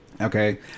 okay